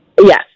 Yes